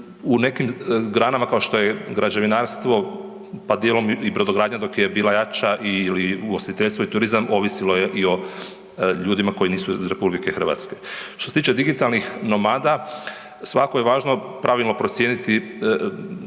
u nekim granama kao što je građevinarstvo, pa dijelom i brodogradnja dok je bila jača ili ugostiteljstvo i turizam ovisilo je i o ljudima koji nisu iz RH. Što se tiče digitalnih nomada svakako je važno pravilno procijeniti